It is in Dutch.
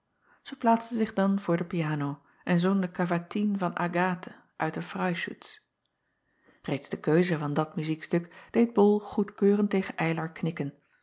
ij plaatste zich dan voor de piano en zong de cavatine van gathe uit de reischütz eeds de keuze van dat muziekstuk deed ol goedkeurend tegen ylar knikken